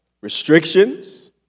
restrictions